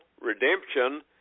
Redemption